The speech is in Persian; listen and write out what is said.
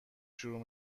شروع